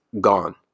gone